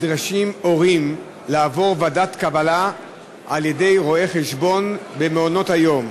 הורים נדרשים לעבור ועדת קבלה על-ידי רואה-חשבון במעונות-היום.